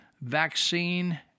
vaccine